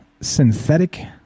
Synthetic